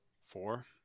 Four